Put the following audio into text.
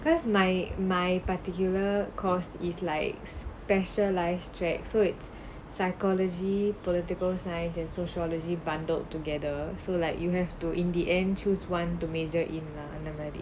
because my my particular because is like specialise track so it's psychology political science than sociology bundled together so like you have to in the end choose one to major அந்த மாரி:antha maari